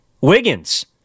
Wiggins